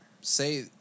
say